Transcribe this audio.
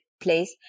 place